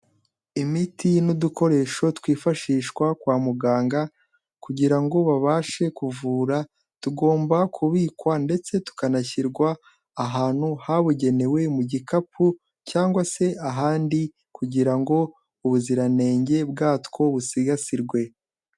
Imiti n'udukoresho twifashishwa kwa muganga kugira ngo babashe kuvura, tugomba kubikwa ndetse tukanashyirwa ahantu habugenewe mu gikapu cyangwa se ahandi kugira ngo ubuziranenge bwatwo busigasirwe.